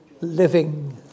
living